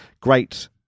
great